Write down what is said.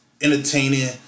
entertaining